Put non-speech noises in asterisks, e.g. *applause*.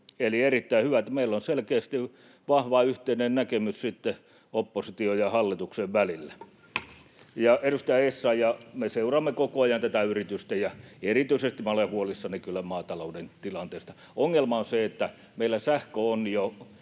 eli erittäin hyvä, että meillä on selkeästi vahva yhteinen näkemys opposition ja hallituksen välillä. *noise* Ja edustaja Essayah, me seuraamme koko ajan tätä yritysten tilannetta, ja erityisesti olen huolissani kyllä maatalouden tilanteesta. Ongelma on se, että meillä sähkö on jo